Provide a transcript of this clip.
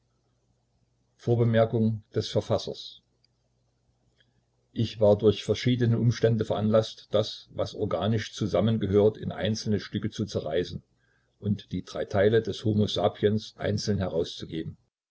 ich war durch verschiedene umstände veranlaßt das was organisch zusammengehört in einzelne stücke zu zerreißen und die drei teile des homo sapiens einzeln herauszugeben